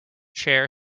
chair